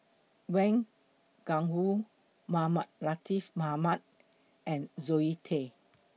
Wang Gungwu Mohamed Latiff Mohamed and Zoe Tay